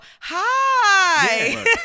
hi